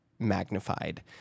magnified